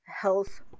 health